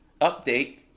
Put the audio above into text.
Update